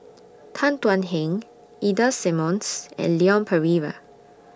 Tan Thuan Heng Ida Simmons and Leon Perera